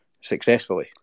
successfully